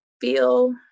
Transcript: feel